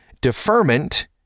deferment